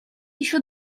еще